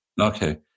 Okay